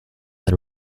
and